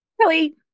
Kelly